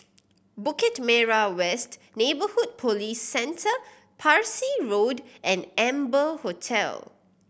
Bukit Merah West Neighbourhood Police Centre Parsi Road and Amber Hotel